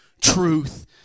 truth